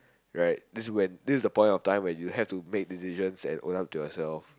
right this when this the point of time when you have to make decisions and hold up to yourself